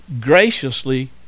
graciously